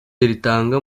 itanga